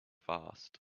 fast